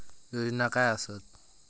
योजना काय आसत?